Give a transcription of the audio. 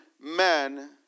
man